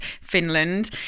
Finland